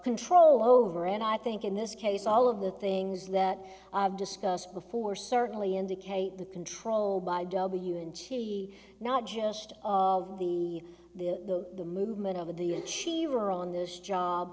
control over and i think in this case all of the things that i have discussed before certainly indicate the control by w and she not just of the the the movement of the